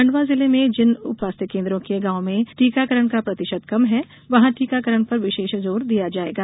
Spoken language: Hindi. खंडवा जिले में जिन उप स्वास्थ्य केन्द्रों के गांव में टीकाकरण का प्रतिशत कम है वहां टीकाकरण पर विशेष जोर दिया जाएगा